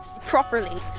properly